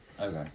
Okay